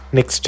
Next